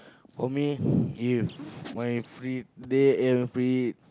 for me if my free day eh free